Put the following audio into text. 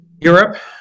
Europe